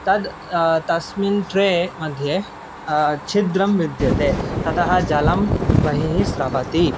तद् तस्मिन् ट्रेमध्ये छिद्रं विद्यते ततः जलं बहिः स्रवति